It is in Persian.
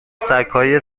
سگهای